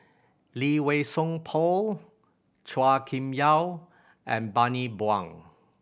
Lee Wei Song Paul Chua Kim Yeow and Bani Buang